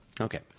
Okay